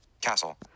Castle